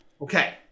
Okay